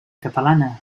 catalana